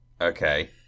Okay